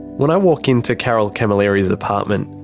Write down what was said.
when i walk into carol camilleri's apartment,